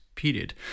period